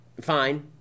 fine